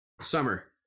Summer